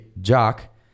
Jock